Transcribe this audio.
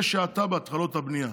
יש האטה בהתחלות הבנייה.